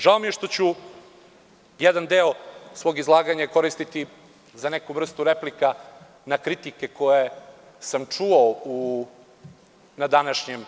Žao mi je što ću jedan deo svog izlaganja koristiti za neku vrstu replika na kritike koje sam čuo u današnjem radu.